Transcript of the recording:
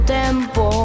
tempo